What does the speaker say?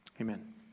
amen